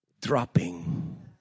dropping